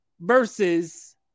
versus